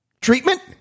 treatment